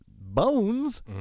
Bones